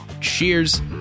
Cheers